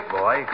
boy